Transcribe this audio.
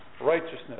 righteousness